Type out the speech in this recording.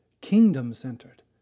kingdom-centered